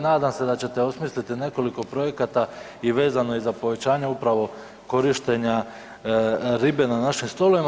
Nadam se da ćete osmisliti nekoliko projekata i vezano i za povećanje upravo korištenja ribe na našim stolovima.